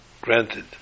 granted